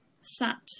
sat